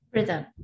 Rhythm